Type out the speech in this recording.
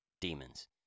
demons